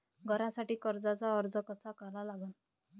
घरासाठी कर्जाचा अर्ज कसा करा लागन?